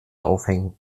aufhängen